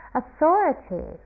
authority